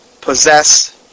possess